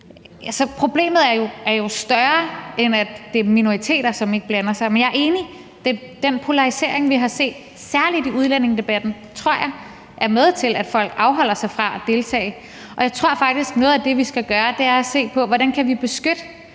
Problemet er jo større, end at det kun er minoriteter, der ikke blander sig. Men jeg er enig i, at den polarisering, vi har set særlig i udlændingedebatten, er med til, at folk afholder sig fra at deltage. Jeg tror faktisk, at noget af det, vi skal gøre, er at se på, hvordan vi bedre